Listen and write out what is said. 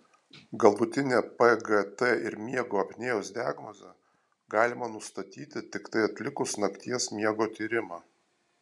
galutinę pgt ir miego apnėjos diagnozę galima nustatyti tiktai atlikus nakties miego tyrimą